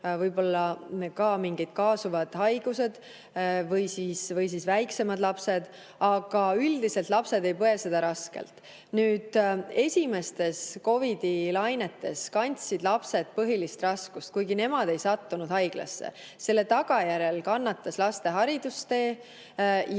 võib-olla mingid kaasuvad haigused, või siis väiksemad lapsed. Aga üldiselt lapsed ei põe seda raskelt. Esimestes COVID‑i lainetes kandsid lapsed põhilist raskust, kuigi nemad ei sattunud haiglasse. Selle tagajärjel kannatas laste haridustee